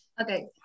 okay